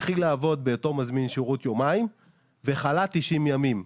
התחיל לעבוד באותו מזמין שירות יומיים וחלה 90 ימים.